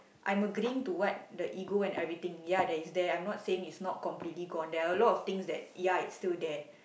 I'm agreeing to what the ego and everything ya that is there I'm not saying it's not completely gone there are a lot of things that ya it's still there